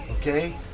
Okay